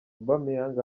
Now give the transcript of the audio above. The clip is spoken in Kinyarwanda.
aubameyang